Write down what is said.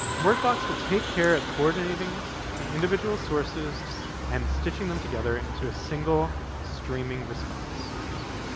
workbox will take care of coordinating the individual sources and stitching them together into a single streaming response.